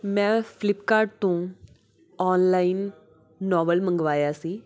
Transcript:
ਮੈਂ ਫਲਿੱਪਕਾਰਟ ਤੋਂ online novel ਮੰਗਵਾਇਆ ਸੀ